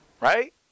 Right